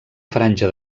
franja